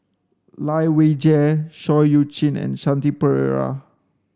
Lai Weijie Seah Eu Chin and Shanti Pereira